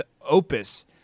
opus